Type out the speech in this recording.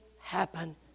happen